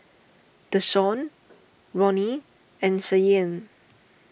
Deshawn Ronny and Cheyenne